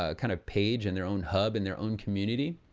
ah kind of, page and their own hub in their own community,